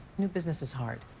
new business is hard.